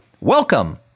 welcome